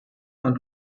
und